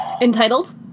entitled